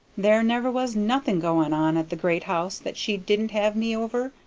there never was nothing going on at the great house that she didn't have me over,